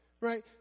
right